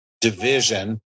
division